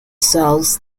cells